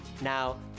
Now